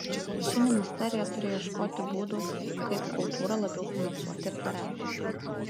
ši ministerija turi ieškoti būdų kaip kultūrą labiau finansuoti ir paremti